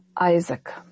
Isaac